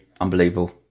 Unbelievable